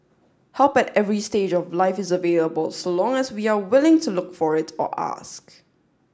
help at every stage of life is available so long as we are willing to look for it or ask